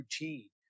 routine